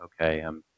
okay